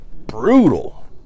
brutal